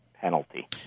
penalty